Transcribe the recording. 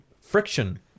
friction